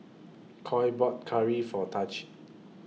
Coy bought Curry For Tahj